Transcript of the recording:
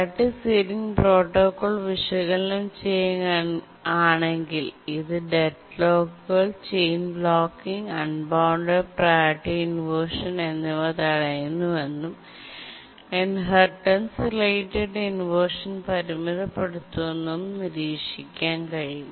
priority ceiling protocol വിശകലനം ചെയ്യുകയാണെങ്കിൽ ഇത് ഡെഡ്ലോക്കുകൾ chain blocking unbounded priority inversion എന്നിവ തടയുന്നുവെന്നും ഇൻഹെറിറ്റൻസ് റിലേറ്റഡ് ഇൻവെർഷൻ പരിമിതപ്പെടുത്തുന്നുവെന്നും നിരീക്ഷിക്കാൻ കഴിയും